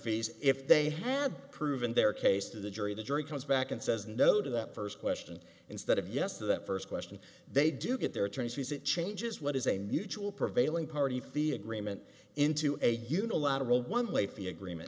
fees if they had proven their case to the jury the jury comes back and says no to that first question instead of yes to that first question they do get their attorney's fees it changes what is a mutual prevailing party fee agreement into a unilateral one late fee agreement